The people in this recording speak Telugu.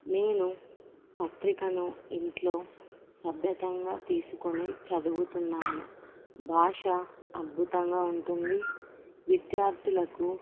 నేను పత్రికను ఇంట్లో సభ్యతంగా తీసుకొని చదువుతున్నాను భాష అద్భుతంగా ఉంటుంది విద్యార్థులకు